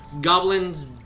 Goblins